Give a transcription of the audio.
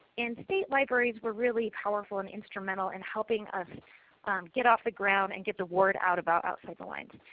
and state libraries were really powerful and instrumental in helping us get off the ground and get the word out about outside the lines.